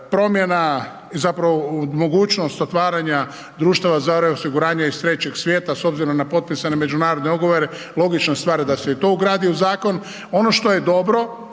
promjena zapravo mogućnost otvaranja društava za reosiguranje iz trećeg svijeta s obzirom na potpisane međunarodne ugovore logična stvar da se i to ugradi u zakon. Ono što je dobro,